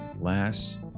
last